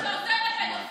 ארגון שעוזר לפדופילים,